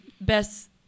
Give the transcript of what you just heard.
best